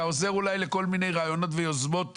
אתה עוזר אולי לכל מיני רעיונות ויוזמות,